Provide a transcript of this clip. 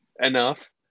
enough